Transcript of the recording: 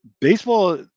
baseball